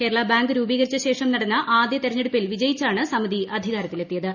Kerala bank രൂപീകരിച്ച ശേഷ്ടം നടന്ന ആദ്യ തെരഞ്ഞെടുപ്പിൽ വിജയിച്ചാണ് സമിതി അ്ധ്രികാരത്തിലെത്തിയത്